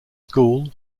school